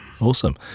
awesome